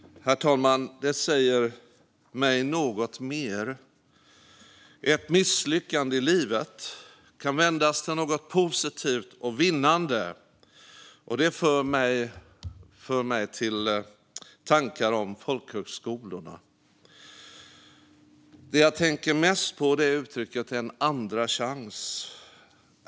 Herr talman! Detta säger mig något mer. Ett misslyckande i livet kan vändas till något positivt och vinnande. Det för mig till tankar om folkhögskolorna. Det jag tänker mest på är uttrycket "en andra chans".